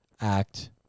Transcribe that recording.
act